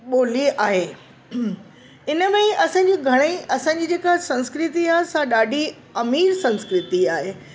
ॿोलीअ आहे इनमें ई असांजी घणेई असांजी जेका संस्कृति आहे असां ॾाढी अमीर संस्कृति आहे